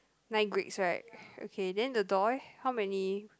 nine grapes right okay then the door eh how many